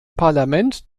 parlament